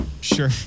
Sure